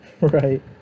Right